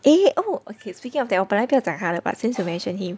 eh oh okay speaking of that 我本来不要讲他的 but since you mention him